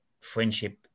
friendship